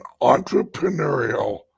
entrepreneurial